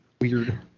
weird